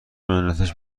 منتش